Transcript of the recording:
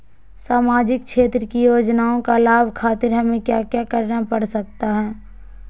सामाजिक क्षेत्र की योजनाओं का लाभ खातिर हमें क्या क्या करना पड़ सकता है?